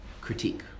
critique